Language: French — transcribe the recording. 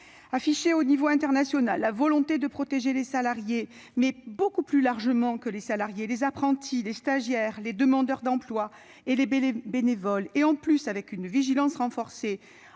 Afficher, au niveau international, la volonté de protéger les salariés, mais beaucoup plus largement les apprentis, les stagiaires, les demandeurs d'emploi et les bénévoles, qui plus est, avec une vigilance renforcée